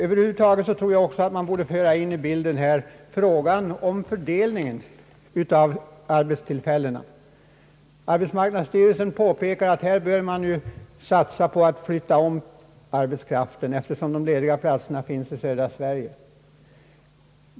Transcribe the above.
Över huvud taget tror jag också att man borde föra in i bilden frågan om fördelningen av arbetstillfällena. Arbetsmarknadsstyrel sen påpekar att man bör satsa på att flytta om arbetskraften eftersom de lediga platserna finns i södra Sverige.